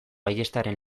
ayestaren